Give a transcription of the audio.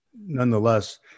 nonetheless